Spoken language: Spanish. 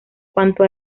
cuanto